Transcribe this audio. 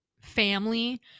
family